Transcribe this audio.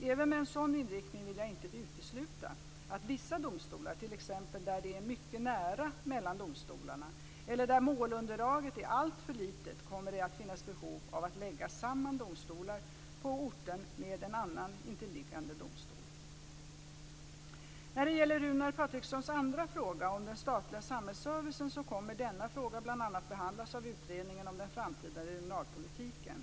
Även med en sådan inriktning vill jag inte utesluta att det när det gäller vissa domstolar, t.ex. där det är mycket nära mellan domstolarna eller där målunderlaget är alltför litet, kommer att finnas behov av att lägga samman domstolen på orten med en annan intilliggande domstol. När det gäller Runar Patrikssons andra fråga om den statliga samhällsservicen så kommer denna fråga bl.a. att behandlas av Utredningen om den framtida regionalpolitiken .